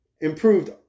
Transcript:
improved